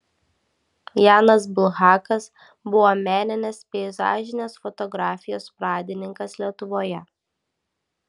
janas bulhakas buvo meninės peizažinės fotografijos pradininkas lietuvoje